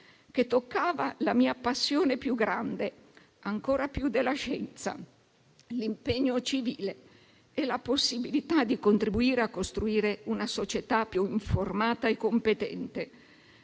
che toccava la mia passione più grande, ancora più della scienza: l'impegno civile e la possibilità di contribuire a costruire una società più informata e competente.